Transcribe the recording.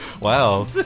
Wow